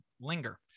linger